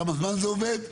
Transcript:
כמה זמן זה עובד?